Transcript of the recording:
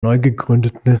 neugegründeten